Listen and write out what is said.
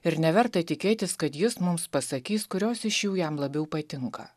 ir neverta tikėtis kad jis mums pasakys kurios iš jų jam labiau patinka